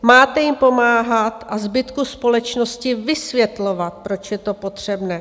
Máte jim pomáhat a zbytku společnosti vysvětlovat, proč je to potřebné.